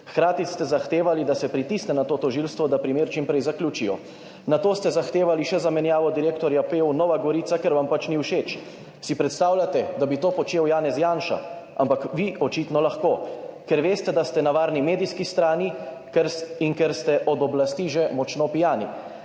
hkrati ste zahtevali, da se pritisne na to tožilstvo, da primer čim prej zaključijo. Nato ste zahtevali še zamenjavo direktorja PU Nova Gorica, ker vam pač ni všeč. Si predstavljate, da bi to počel Janez Janša? Ampak vi očitno lahko, ker veste, da ste na varni medijski strani in ker ste od oblasti že močno pijani.